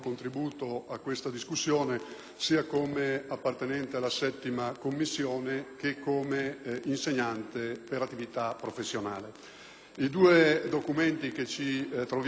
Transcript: sia come appartenente alla 7a Commissione, sia come insegnante per attività professionale. I documenti che ci troviamo ad esaminare